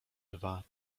dwa